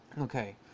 Okay